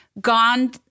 gone